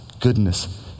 goodness